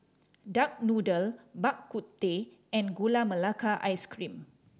duck noodle Bak Kut Teh and Gula Melaka Ice Cream